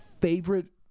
favorite